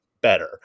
better